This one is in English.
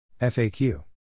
FAQ